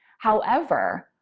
however,